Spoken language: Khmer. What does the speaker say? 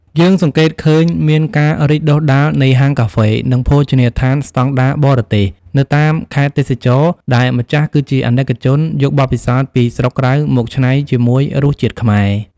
យើងសង្កេតឃើញមានការរីកដុះដាលនៃ "ហាងកាហ្វេ និងភោជនីយដ្ឋានស្ដង់ដារបរទេស" នៅតាមខេត្តទេសចរណ៍ ដែលម្ចាស់គឺជាអាណិកជនយកបទពិសោធន៍ពីស្រុកក្រៅមកច្នៃជាមួយរសជាតិខ្មែរ។